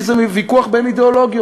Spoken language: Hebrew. כי זה ויכוח בין אידיאולוגיות.